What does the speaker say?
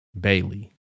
Bailey